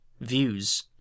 views